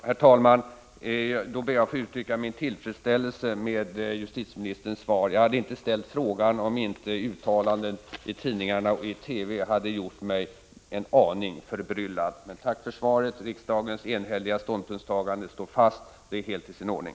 Herr talman! Då ber jag att få uttrycka min tillfredsställelse med justitieministerns svar. Jag hade inte ställt frågan om inte uttalanden i tidningar och TV gjort mig en aning förbryllad. Men jag är till freds med svaret. Riksdagens enhälliga ståndpunktstagande står fast. Det är helt i sin ordning.